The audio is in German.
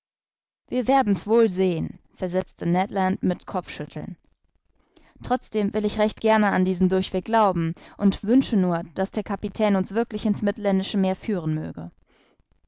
wir werden's wohl sehen versetzte ned land mit kopfschütteln trotzdem will ich recht gerne an diesen durchweg glauben und wünsche nur daß der kapitän uns wirklich in's mittelländische meer führen möge